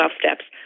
steps